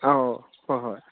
ꯑꯧ ꯍꯣꯏ ꯍꯣꯏ